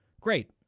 great